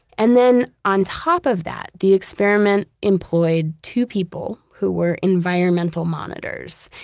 and then on top of that, the experiment employed two people who were environmental monitors.